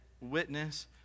witness